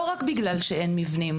לא רק בגלל שאין מבנים,